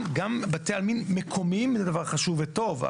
גם בתי עלמין מקומיים זה דבר חשוב וטוב,